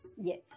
yes